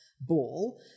ball